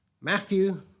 Matthew